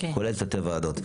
כולל תתי וועדות.